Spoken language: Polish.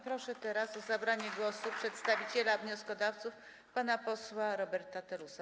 Proszę teraz o zabranie głosu przedstawiciela wnioskodawców pana posła Roberta Telusa.